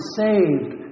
saved